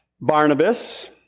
Barnabas